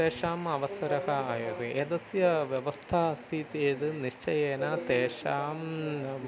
तेषाम् अवसरः आयाति एतस्य व्यवस्था अस्ति चेत् निश्चयेन तेषां